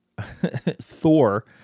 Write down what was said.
Thor